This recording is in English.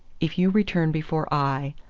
if you return before i,